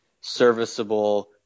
serviceable